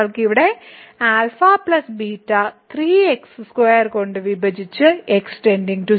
നമ്മൾക്ക് ഇവിടെ α β 3 x2 കൊണ്ട് വിഭജിച്ച് x 0